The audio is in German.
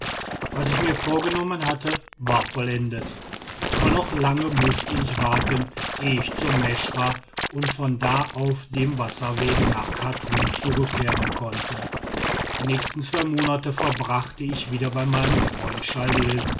was ich mir vorgenommen hatte war vollendet aber noch lange mußte ich warten ehe ich zur meschra und von da auf dem wasserweg nach chartum zurückkehren konnte die nächsten zwei monate verbrachte ich wieder bei meinem freund chalil